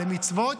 למצוות,